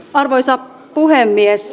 arvoisa puhemies